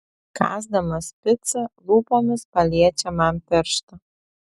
kąsdamas picą lūpomis paliečia man pirštą